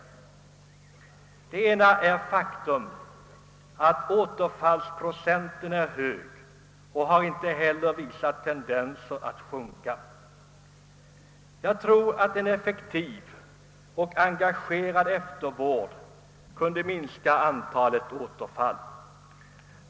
För det första vill jag framhålla det faktum att återfallsprocenten är hög och inte heller har visat tendenser att sjunka. Jag tror att en effektiv och engagerande eftervård kunde minska antalet återfall.